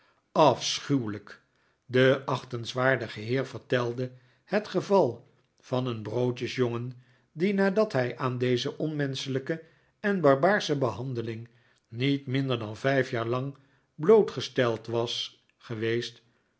de achtenswaardige heer vertelde het geval van een broodjesjongen die nadat hij aan deze onmenschelijke en barbaarsche behandeling niet minder dan vijf jaar lang blootgesteld was geweest